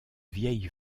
vieille